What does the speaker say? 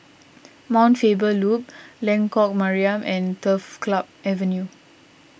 Mount Faber Loop Lengkok Mariam and Turf Club Avenue